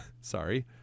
sorry